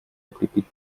укрепить